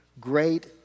Great